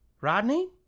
Rodney